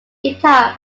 guitar